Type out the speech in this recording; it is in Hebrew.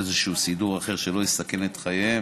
איזשהו סידור אחר שלא יסכן את חייהם,